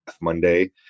Monday